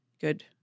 good